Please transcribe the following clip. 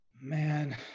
Man